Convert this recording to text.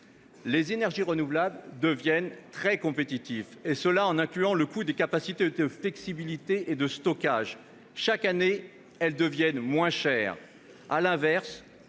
Les énergies renouvelables deviennent très compétitives, et cela en incluant le coût des capacités de flexibilité et de stockage. Chaque année, elles deviennent moins chères.